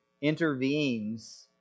intervenes